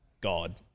god